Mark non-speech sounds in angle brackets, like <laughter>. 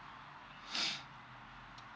<noise>